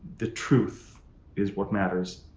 the truth is what matters.